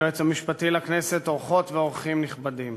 היועץ המשפטי לכנסת, אורחות ואורחים נכבדים,